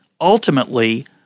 ultimately